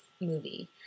movie